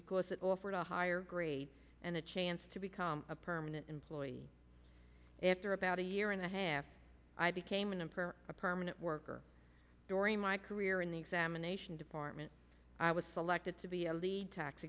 because it offered a higher grade and a chance to become a permanent employee after about a year and a half i became an employer a permanent worker during my career in the examination department i was selected to be a lead tax